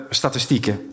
statistieken